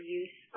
use